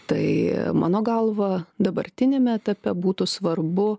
tai mano galva dabartiniame etape būtų svarbu